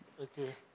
Okay